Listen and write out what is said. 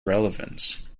relevance